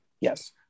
Yes